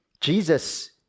Jesus